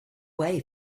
way